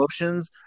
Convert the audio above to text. emotions